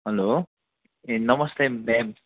hello ए नमस्ते ma'am